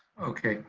okay,